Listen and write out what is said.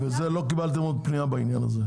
על זה עוד לא קיבלתם פנייה בעניין הזה.